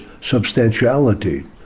substantiality